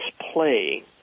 play